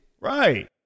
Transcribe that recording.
right